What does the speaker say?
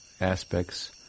aspects